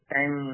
Time